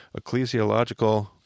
ecclesiological